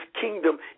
kingdom